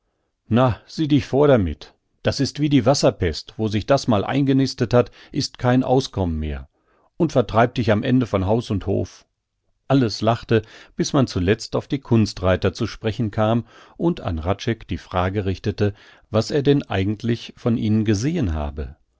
na sieh dich vor damit das ist wie die wasserpest wo sich das mal eingenistet hat ist kein auskommen mehr und vertreibt dich am ende von haus und hof alles lachte bis man zuletzt auf die kunstreiter zu sprechen kam und an hradscheck die frage richtete was er denn eigentlich von ihnen gesehen habe